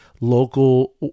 local